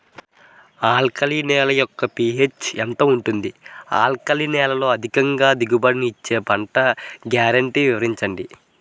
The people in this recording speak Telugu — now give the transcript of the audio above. ఆల్కలి నేల యెక్క పీ.హెచ్ ఎంత ఉంటుంది? ఆల్కలి నేలలో అధిక దిగుబడి ఇచ్చే పంట గ్యారంటీ వివరించండి?